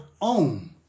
own